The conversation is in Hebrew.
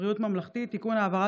בריאות ממלכתי (תיקון,